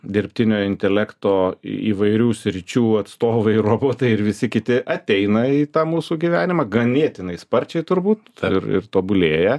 dirbtinio intelekto įvairių sričių atstovai robotai ir visi kiti ateina į tą mūsų gyvenimą ganėtinai sparčiai turbūt dar ir tobulėja